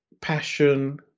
passion